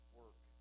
work